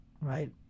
right